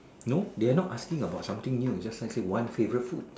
no they are not asking about something new is just like say one favourite food